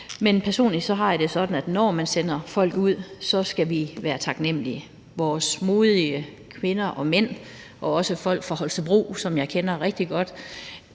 men personligt har jeg det sådan, at når man sender folk ud, så skal vi være taknemlige. Vores modige kvinder og mænd, også folk fra Holstebro, som jeg kender rigtig godt